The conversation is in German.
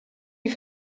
die